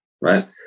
right